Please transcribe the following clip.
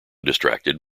distracted